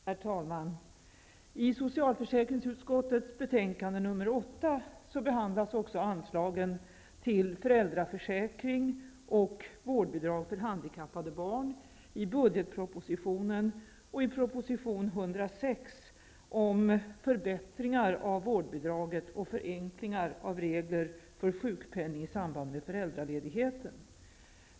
Herr talman! I socialförsäkringsutskottets betänkande nr 8 behandlas också anslagen till föräldraförsäkring och vårdbidrag för handikappade barn i budgetpropositionen och i proposition 106 om förbättringar av vårdbidraget och förenklingar av regler för sjukpenning i samband med föräldraledighet.